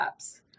apps